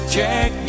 Check